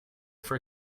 for